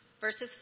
verses